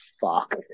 fuck